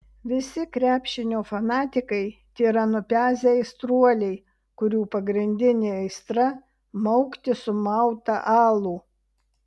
visi krepšinio fanatikai tėra nupezę aistruoliai kurių pagrindinė aistra maukti sumautą alų